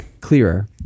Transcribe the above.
clearer